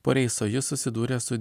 po reiso jis susidūrė su